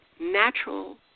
natural